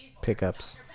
pickups